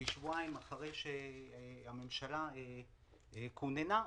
כשבועיים אחרי שהממשלה כוננה,